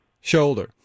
Shoulder